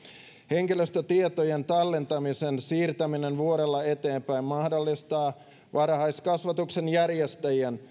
henkilöstötietojen tallentamisen siirtäminen vuodella eteenpäin mahdollistaa varhaiskasvatuksen järjestäjien